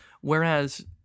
Whereas